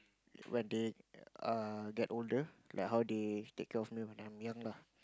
when they uh get older like how they take care of me when I'm young lah